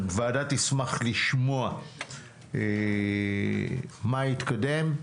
הוועדה תשמח לשמוע מה התקדם.